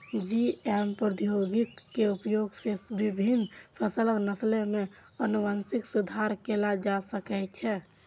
GM प्रौद्योगिकी के उपयोग सं विभिन्न फसलक नस्ल मे आनुवंशिक सुधार कैल जा सकै छै